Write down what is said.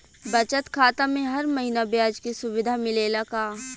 बचत खाता में हर महिना ब्याज के सुविधा मिलेला का?